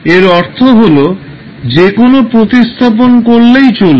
এর অর্থ হল যে কেবল প্রতিস্থাপন করলেই চলবে